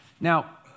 Now